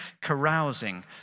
carousing